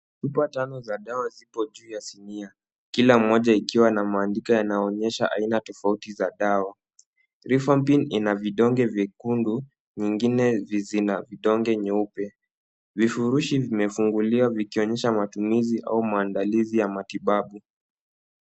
Chupa tano za dawa ziko juu ya sinia. Kila moja ikiwa na maandiko yanaonyesha aina tofauti za dawa. Lifampini ina vidonge vyekundu, nyingine zina vidonge nyeupe. Vifurushi vimefunguliwa vikionyesha matumizi au maandilizi ya matibabu.